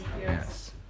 Yes